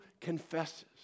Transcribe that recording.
confesses